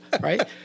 right